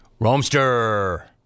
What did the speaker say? Roamster